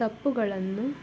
ತಪ್ಪುಗಳನ್ನು